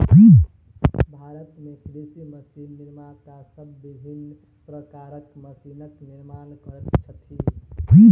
भारत मे कृषि मशीन निर्माता सब विभिन्न प्रकारक मशीनक निर्माण करैत छथि